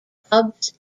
pubs